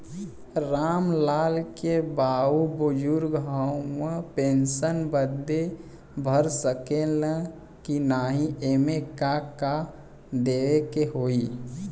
राम लाल के बाऊ बुजुर्ग ह ऊ पेंशन बदे भर सके ले की नाही एमे का का देवे के होई?